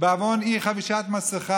בעוון אי-חבישת מסכה,